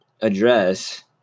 address